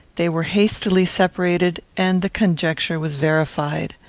they were hastily separated, and the conjecture was verified.